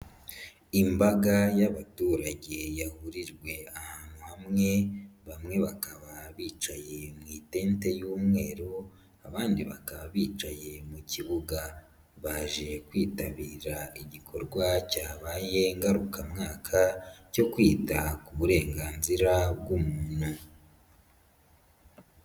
Imbaga y'abaturagege yahurijwe ahantu hamwe bamwe bakaba bicaye mu itente y'umweru abandi bakaba bicaye mu kibuga, baje kwitabira igikorwa cyabaye ngarukamwaka cyo kwita ku burenganzira bw'umuntu.